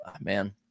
Man